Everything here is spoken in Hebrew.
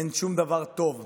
אין שום דבר טוב,